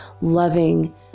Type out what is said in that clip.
loving